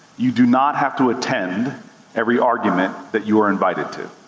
you do not have to attend every argument that you are invited to.